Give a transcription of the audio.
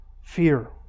Fear